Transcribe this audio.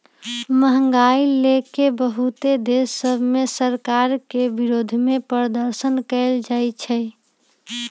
महंगाई लए के बहुते देश सभ में सरकार के विरोधमें प्रदर्शन कएल जाइ छइ